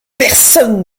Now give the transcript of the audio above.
personne